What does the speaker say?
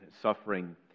suffering